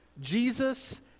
Jesus